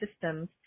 systems